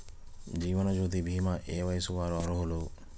జీవనజ్యోతి భీమా ఏ వయస్సు వారు అర్హులు?